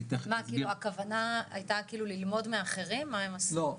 הכוונה הייתה כאילו ללמוד מאחרים מה הם עשו?